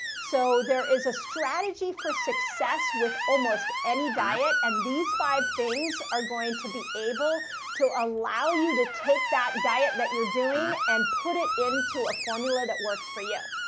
so there is a strategy for success. yes with almost any diet and these five things are going to be able to allow you to take that diet that you're doing and put it into a formula that works for you.